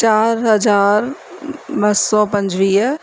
चारि हज़ार ॿ सौ पंजवीह